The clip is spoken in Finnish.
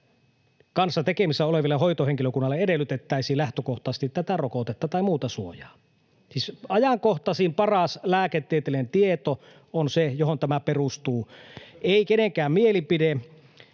kanssa tekemisissä olevalta hoitohenkilökunnalta edellytettäisiin lähtökohtaisesti tätä rokotetta tai muuta suojaa. [Maria Guzenina: Juuri näin!] Siis ajankohtaisin, paras lääketieteellinen tieto on se, johon tämä perustuu, ei kenenkään mielipide.